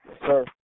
sir